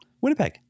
Winnipeg